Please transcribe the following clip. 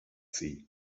sie